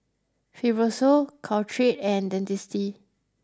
Fibrosol Caltrate and Dentiste